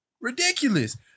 Ridiculous